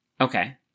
Okay